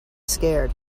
scared